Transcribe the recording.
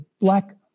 black